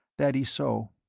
that is so.